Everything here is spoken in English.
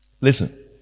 Listen